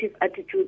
attitude